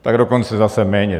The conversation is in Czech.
Tak dokonce zase méně.